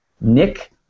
Nick